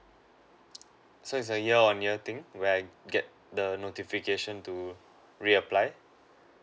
so it's a year on year thing where I get the notification to reapply